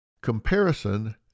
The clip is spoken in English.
comparison